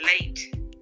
late